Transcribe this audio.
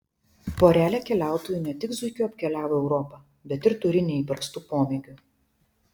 porelė keliautojų ne tik zuikiu apkeliavo europą bet ir turi neįprastų pomėgių